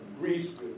Greece